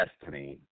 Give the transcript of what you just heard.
Destiny